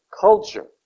culture